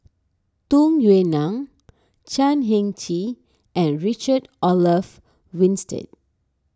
Tung Yue Nang Chan Heng Chee and Richard Olaf Winstedt